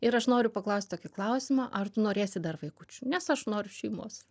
ir aš noriu paklaust tokį klausimą ar tu norėsi dar vaikučių nes aš noriu šeimos